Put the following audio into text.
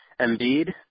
Embiid